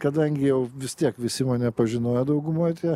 kadangi jau vis tiek visi mane pažinojo daugumoj tie